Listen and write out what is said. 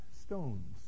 stones